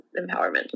empowerment